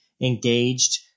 engaged